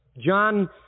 John